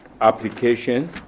application